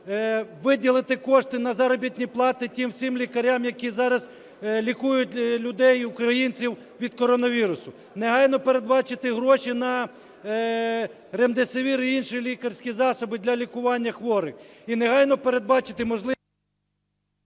виділити кошти на заробітні плати тим всім лікарям, які зараз лікують людей, українців від коронавірусу. Негайно передбачити гроші на ремдесивір і інші лікарські засоби для лікування хворих. І негайно передбачити… ГОЛОВУЮЧИЙ.